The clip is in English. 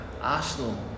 Arsenal